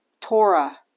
Torah